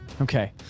Okay